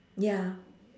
ya